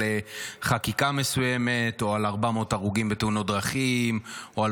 חקיקה מסוימת או על 400 הרוגים בתאונות דרכים או על